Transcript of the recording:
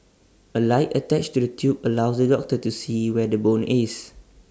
A light attached to the tube allows the doctor to see where the bone is